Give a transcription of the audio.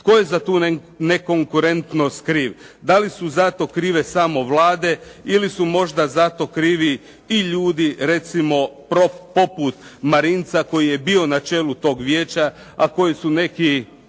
Tko je za tu nekonkurentnost kriv? Da li su za to krive samo vlade, ili su možda za to krivi i ljudi, recimo poput Marinca koji je bio na čelu tog vijeća, a koji su neki